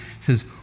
says